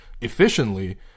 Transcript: efficiently